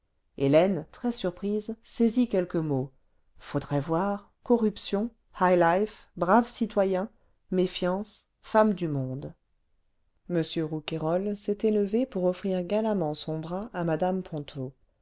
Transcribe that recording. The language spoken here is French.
hélène très surprise saisit quelques mots faudrait voir corruption high life braves citoyens méfiance femme du monde m rouquayrol s'était levé pourle pourle aux liquides offrir galamment son bras à mme ponto